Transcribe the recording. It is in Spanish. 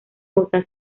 rosa